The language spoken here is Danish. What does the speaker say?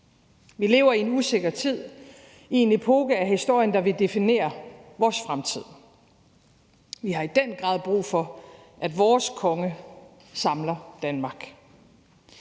Vi lever i en usikker tid, i en epoke af historien, der vil definere vores fremtid. Vi har i den grad brug for, at vores konge samler Danmark.